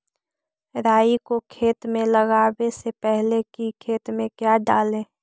राई को खेत मे लगाबे से पहले कि खेत मे क्या डाले?